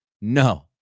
No